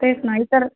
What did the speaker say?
तेच ना इतर